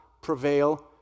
prevail